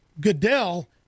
Goodell